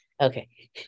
Okay